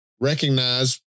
recognize